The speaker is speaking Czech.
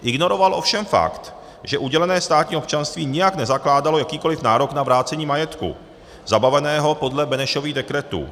Ignoroval ovšem fakt, že udělené státní občanství nijak nezakládalo jakýkoliv nárok na vrácení majetku zabaveného podle Benešových dekretů.